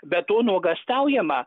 be to nuogąstaujama